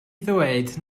ddweud